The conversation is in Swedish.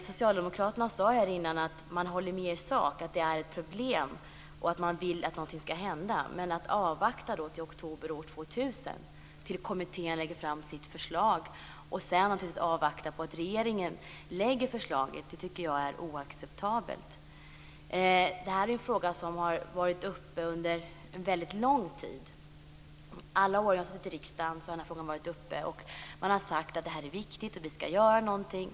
Socialdemokraterna sade här innan att man håller med i sak, att det är ett problem och att man vill att något skall hända. Men man vill avvakta till oktober år 2000, till kommittén lägger fram sitt förslag. Sedan vill man naturligtvis avvakta att regeringen lägger fram förslaget. Det tycker jag är oacceptabelt. Det här är en fråga som har varit uppe under väldigt lång tid. Under alla år som jag har suttit i riksdagen har frågan varit uppe. Man har sagt att det här är viktigt och att vi skall göra någonting.